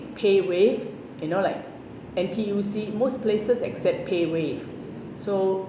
paywave you know like N_T_U_C most places accept paywave so